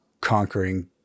conquering